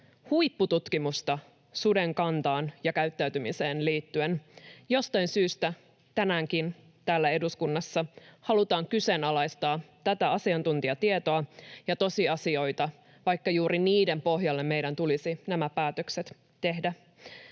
huippututkimusta suden kantaan ja käyttäytymiseen liittyen. Jostain syystä tänäänkin täällä eduskunnassa halutaan kyseenalaistaa tätä asiantuntijatietoa ja tosiasioita, vaikka juuri niiden pohjalle meidän tulisi nämä päätökset tehdä.